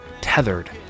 tethered